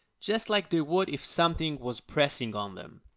just like they would if something was pressing on them.